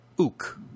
ook